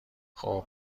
خوب